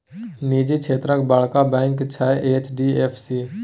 निजी क्षेत्रक बड़का बैंक छै एच.डी.एफ.सी